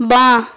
বাঁ